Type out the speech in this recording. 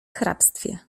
hrabstwie